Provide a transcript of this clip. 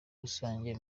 rusange